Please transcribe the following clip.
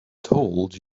told